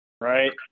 Right